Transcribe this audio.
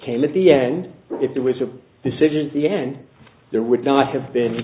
came at the end if there was a decision the end there would not have been